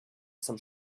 some